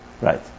right